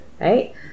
right